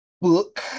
book